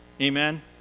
amen